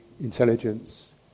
intelligence